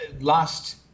last